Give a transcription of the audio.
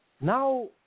now